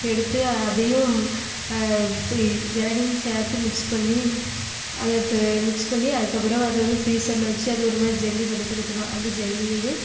எடுத்து அதையும் இளநியும் சேர்த்து மிக்ஸ் பண்ணி அதை மிக்ஸ் பண்ணி அதுக்குப் பிறகு அதை வந்து ஃப்ரீஸரில் வச்சு அது ஒரு மாதிரி ஜெல்லி பதத்துக்கு வந்துடும் அந்த ஜெல்லியையும்